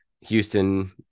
Houston